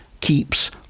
keeps